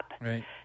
Right